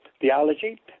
theology